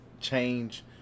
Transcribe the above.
change